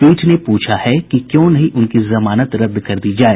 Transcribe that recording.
पीठ ने पूछा है कि क्यों नहीं उनकी जमानत रद्द कर दी जाए